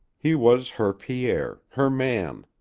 he was her pierre, her man.